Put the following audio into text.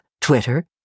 Twitter